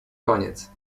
koniec